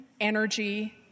energy